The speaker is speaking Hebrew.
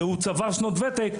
והוא צבר שנות ותק,